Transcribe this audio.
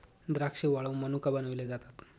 द्राक्षे वाळवुन मनुका बनविले जातात